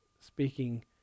speaking